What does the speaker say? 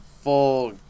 full